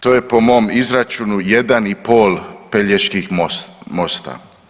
To je po mom izračunu jedan i pol Peljeških mostova.